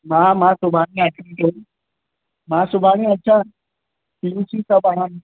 मां मां सुभाणे अचां थो मां सुभाणे अचां पीयूसी थो खणा